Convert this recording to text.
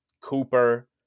Cooper